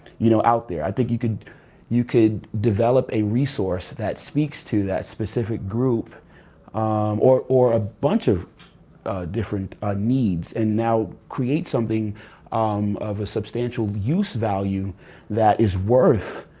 you know out there. i think you could you could develop a resource that speaks to that specific group or or a bunch of different ah needs and now create something um of a substantial use value that is worth